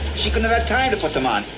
she cannot have time to put them on.